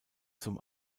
zum